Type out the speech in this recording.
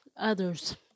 others